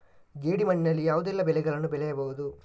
ಜೇಡಿ ಮಣ್ಣಿನಲ್ಲಿ ಯಾವುದೆಲ್ಲ ಬೆಳೆಗಳನ್ನು ಬೆಳೆಯಬಹುದು?